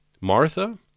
Martha